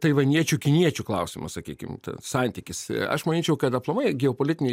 taivaniečių kiniečių klausimas sakykim ta santykis aš manyčiau kad aplamai geopolitinei